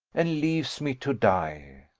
and leaves me to die.